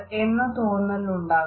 ' എന്ന തോന്നലുണ്ടാകാം